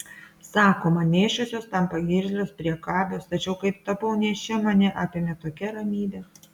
sakoma nėščiosios tampa irzlios priekabios tačiau kai tapau nėščia mane apėmė tokia ramybė